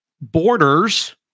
borders